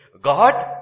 God